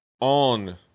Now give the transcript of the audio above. on